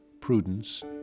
prudence